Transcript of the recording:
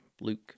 Luke